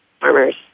farmers